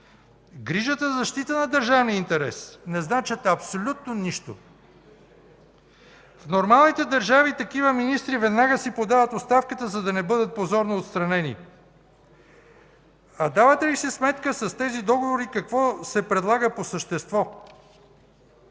грижата за защита на държавния интерес не значат абсолютно нищо. В нормалните държави такива министри веднага си подават оставката, за да не бъдат позорно отстранени, а давате ли си сметка с тези договори какво се предлага по същество?